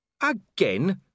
Again